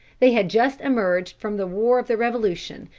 they had just emerged from the war of the revolution,